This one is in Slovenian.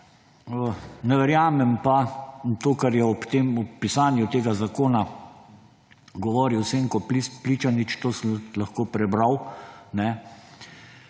ne verjamem pa tega, kar je ob pisanju tega zakona govoril Senko Pličanič. Lahko sem prebral,